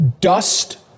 Dust